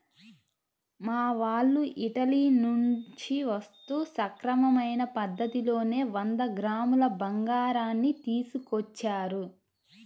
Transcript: మా వాళ్ళు ఇటలీ నుంచి వస్తూ సక్రమమైన పద్ధతిలోనే వంద గ్రాముల బంగారాన్ని తీసుకొచ్చారు